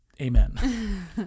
amen